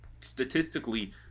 statistically